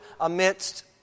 amidst